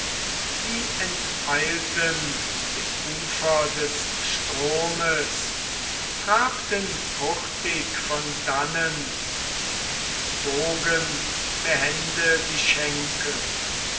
sie enteilten dem ufer des stromes trabten hurtig von dannen und bogen behende die schenkel